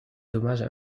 dommages